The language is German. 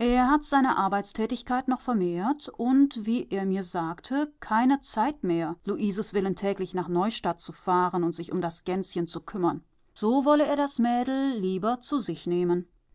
er hat seine arbeitstätigkeit noch vermehrt und wie er mir sagte keine zeit mehr luises willen täglich nach neustadt zu fahren und sich um das gänschen zu kümmern so wolle er das mädel lieber zu sich nehmen